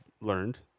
learned